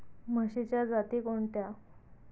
म्हशीच्या जाती कोणत्या?